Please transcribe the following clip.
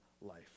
life